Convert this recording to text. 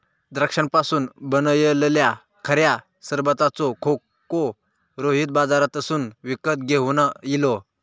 द्राक्षांपासून बनयलल्या खऱ्या सरबताचो खोको रोहित बाजारातसून विकत घेवन इलो